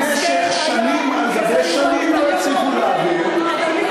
במשך שנים על גבי שנים לא הצליחו להעביר.